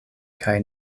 kaj